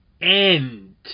end